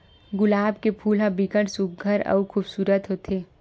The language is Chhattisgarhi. गुलाब के फूल ह बिकट सुग्घर अउ खुबसूरत होथे